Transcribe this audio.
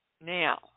now